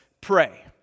Pray